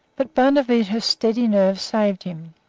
but bonavita's steady nerve saved him.